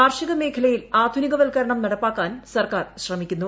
കാർഷിക മേഖലയിൽ ആധുനികവത്ക്കരണം നടപ്പാക്കാൻ സർക്കാർ ശ്രമിക്കുന്നു